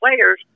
players